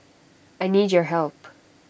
I need your help